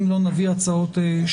אם לא, נביא הצעות שלנו.